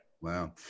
Wow